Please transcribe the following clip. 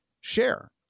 share